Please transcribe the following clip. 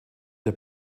der